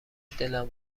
دلم